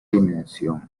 dimensión